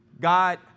God